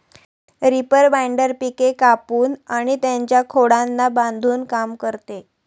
reaper binder पिके कापून आणि त्यांच्या खोडांना बांधून काम करते